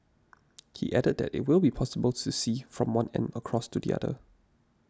he added that it will be possible to see from one end across to the other